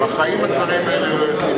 בחיים הדברים האלה לא יוצאים לפועל.